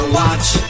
watch